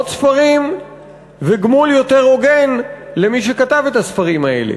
ספרים וגמול הוגן יותר למי שכתב את הספרים האלה.